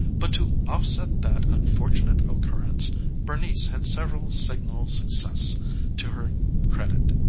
but to offset that unfortunate occurrence bernice had several signal successes to her credit.